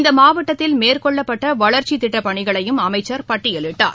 இந்த மாவட்டத்தில் மேற்கொள்ளப்பட்ட வளர்ச்சித் திட்டப் பணிகளையும் அமைச்சர் பட்டியலிட்டார்